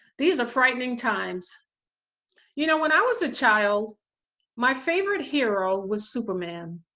these are frightening times you know when i was a child my favorite hero was superman.